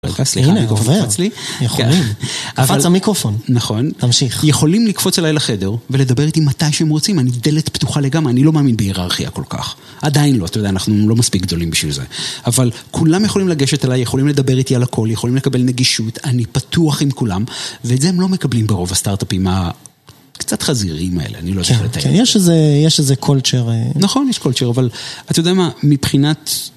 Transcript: סליחה, מיקרופון קפץ לי. יכולים. קפץ המיקרופון. נכון. תמשיך. יכולים לקפוץ אליי לחדר ולדבר איתי מתי שהם רוצים. אני דלת פתוחה לגמרי. אני לא מאמין בהיררכיה כל כך. עדיין לא. אתה יודע, אנחנו לא מספיק גדולים בשביל זה. אבל, כולם יכולים לגשת אליי, יכולים לדבר איתי על הכל, יכולים לקבל נגישות. אני פתוח עם כולם. ואת זה הם לא מקבלים ברוב הסטארט-אפים הקצת חזיריים האלה. יש איזה קולצ'ר. נכון, יש קולצ'ר. אבל, אתה יודע מה, מבחינת...